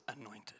anointed